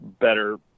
better